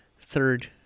third